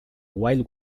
wild